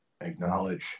acknowledge